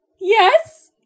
Yes